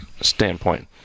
standpoint